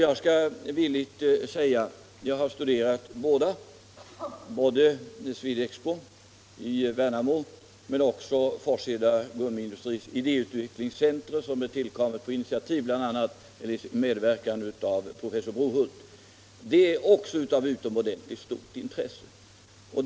Jag har studerat både Swed-Expo och Forshedas utvecklingscenter som tillkommit under medverkan av bl.a. professor Brohult, och jag skall villigt säga att även de är av utomordentligt stort intresse.